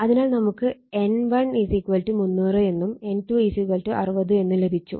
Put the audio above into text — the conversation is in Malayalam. അതിനാൽ നമുക്ക് N1 300 എന്നും N2 60 എന്നും ലഭിച്ചു